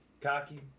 cocky